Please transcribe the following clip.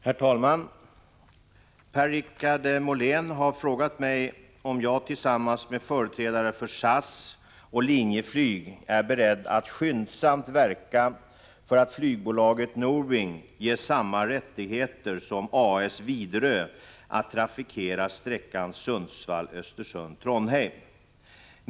Herr talman! Per-Richard Molén har frågat mig om jag tillsammans med företrädare för SAS och Linjeflyg är beredd att skyndsamt verka för att flygbolaget Norwing ges samma rättigheter som A/S Viderö att trafikera sträckan Sundsvall-Östersund-Trondheim.